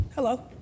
Hello